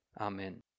Amen